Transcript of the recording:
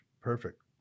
perfect